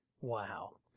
Wow